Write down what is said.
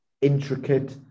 intricate